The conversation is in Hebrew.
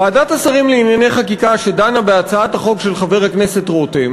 ועדת השרים לענייני חקיקה שדנה בהצעת החוק של חבר הכנסת רותם